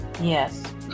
Yes